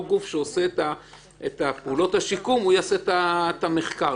גוף שעושה את פעולות השיקום יעשה את המחקר.